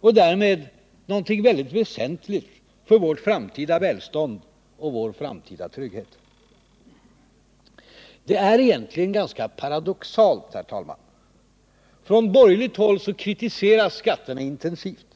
och därmed någonting väldigt väsentligt för vårt framtida välstånd och vår framtida trygghet. Det är egentligen ganska paradoxalt, herr talman. Från borgerligt håll kritiseras skatterna intensivt.